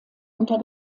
unter